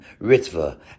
Ritva